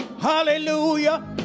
Hallelujah